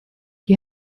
you